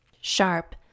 Sharp